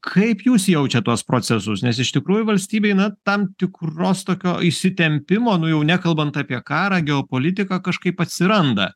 kaip jūs jaučiat tuos procesus nes iš tikrųjų valstybėj na tam tikros tokio įsitempimo nu jau nekalbant apie karą geopolitiką kažkaip atsiranda